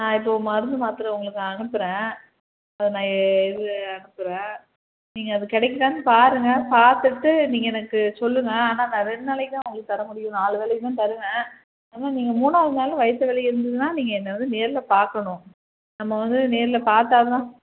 நான் இப்போது மருந்து மாத்திர உங்களுக்கு நான் அனுப்புகிறேன் இது அனுப்புகிறேன் நீங்கள் அது கிடைக்குதான்னு பாருங்க பார்த்துட்டு நீங்கள் எனக்கு சொல்லுங்க ஆனால் நான் ரெண்டு நாளைக்குதான் உங்களுக்கு தரமுடியும் நாலு வேளைக்குதான் தருவேன் ஆனால் நீங்கள் மூணாவது நாள் வயிற்று வலி இருந்துதுன்னால் நீங்கள் என்னை வந்து நேரில் பார்க்கணும் நம்ம வந்து நேரில் பார்த்தாதான்